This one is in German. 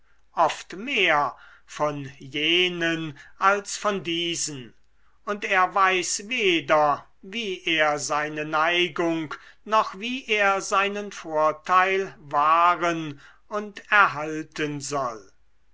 oft mehr von jenen als von diesen und er weiß weder wie er seine neigung noch wie er seinen vorteil wahren und erhalten soll